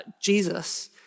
Jesus